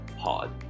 pod